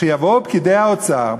יבואו פקידי האוצר,